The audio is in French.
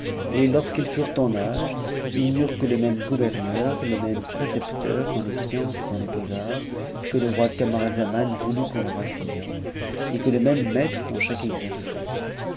et lorsqu'ils furent m âge ils n'eurent que le même gourverneur les mêmes précepteurs dans les sciences et dans les beaux-arts que le roi camaralzaman voulut qu'on leur enseignât et que le même maître dans chaque exercice